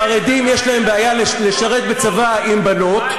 חרדים, יש להם בעיה לשרת בצבא עם בנות,